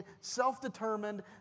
self-determined